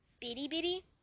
bitty-bitty